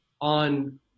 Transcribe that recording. on